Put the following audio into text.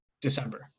December